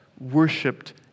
worshipped